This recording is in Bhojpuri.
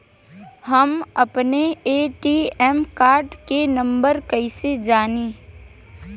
हम अपने ए.टी.एम कार्ड के नंबर कइसे जानी?